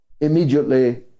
immediately